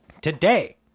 Today